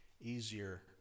easier